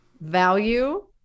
value